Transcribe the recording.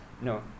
no